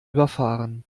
überfahren